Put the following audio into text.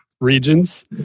regions